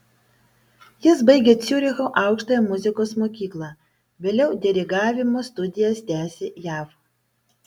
jis baigė ciuricho aukštąją muzikos mokyklą vėliau dirigavimo studijas tęsė jav